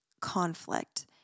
conflict